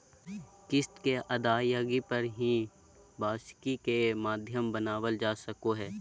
किस्त के अदायगी पर ही वार्षिकी के माध्यम बनावल जा सको हय